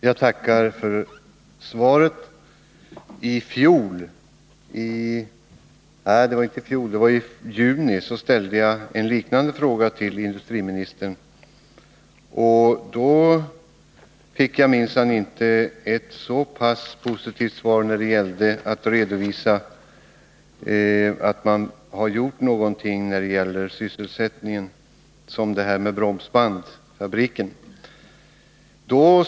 Herr talman! Jag tackar för svaret. I juni ställde jag en liknande fråga till industriministern. Då fick jag minsann inte ett så positivt svar beträffande redovisningen av det som gjorts för sysselsättningen som när det gäller dagens exempel med Svenska Bromsbandsfabriken.